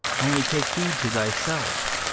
only take heed to thyself,